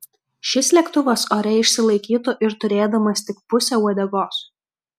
šis lėktuvas ore išsilaikytų ir turėdamas tik pusę uodegos